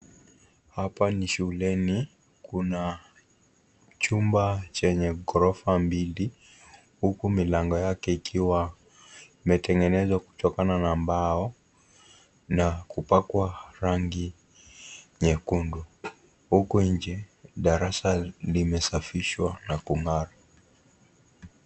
Hapa ni shuleni, kuna chumba chenye ghorofa mbili. Huku milango yake ikiwa imetengenezwa kutokana na mbao na kupakwa rangi nyekundu. Huku inje darasa limesafishwa na kung'ara.